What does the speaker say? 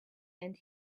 and